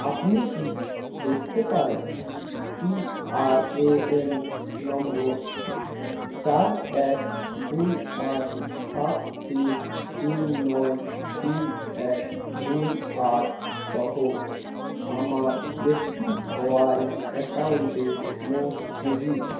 আপনি কি দেখতে পারেন পিআরএএন নম্বর চার এক দুই আট সাত তিন তিন নয় তিন এক দুই আট সহ আমার এপিওয়াই অ্যাকাউন্টে মোট পুঁজি